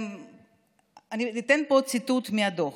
אני אתן פה ציטוט מהדוח,